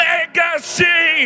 Legacy